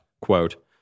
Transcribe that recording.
quote